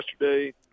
yesterday